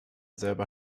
selber